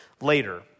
later